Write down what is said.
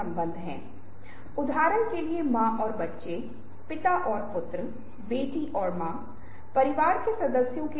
अब बात यह है कि यदि आप यह प्रश्न पूछते हैं कि ऐसा क्यों होता है